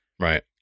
Right